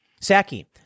Saki